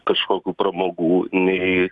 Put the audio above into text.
kažkokių pramogų nei